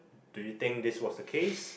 do you think this was the case